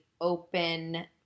open